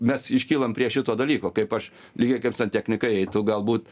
mes iškylam prie šito dalyko kaip aš lygiai kaip santeknikai eitų galbūt